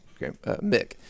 Mick